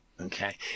Okay